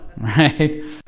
right